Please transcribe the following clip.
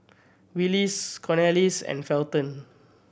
Willis Cornelius and Felton